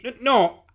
no